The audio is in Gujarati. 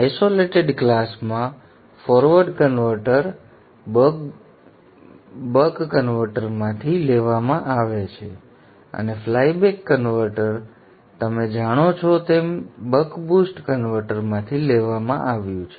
આઇસોલેટેડ ક્લાસ માં ફોરવર્ડ કન્વર્ટર બક કન્વર્ટરમાંથી લેવામાં આવે છે અને ફ્લાય બેક કન્વર્ટર તમે જાણો છો તેમ બક બુસ્ટ કન્વર્ટરમાંથી લેવામાં આવ્યું છે